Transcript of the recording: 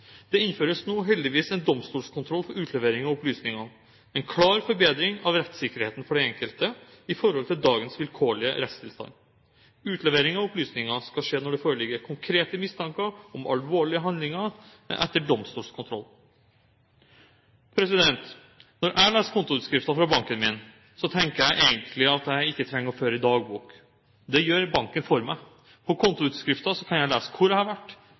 Det innføres nå heldigvis en domstolskontroll for utlevering av opplysningene, en klar forbedring av rettssikkerheten for den enkelte i forhold til dagens vilkårlige rettstilstand. Utlevering av opplysninger skal skje når det foreligger konkrete mistanker om alvorlige handlinger, etter domstolskontroll. Når jeg leser kontoutskriften fra banken min, tenker jeg egentlig at jeg ikke trenger å føre dagbok. Det gjør banken for meg. På kontoutskriften kan jeg lese hvor jeg har vært,